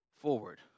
forward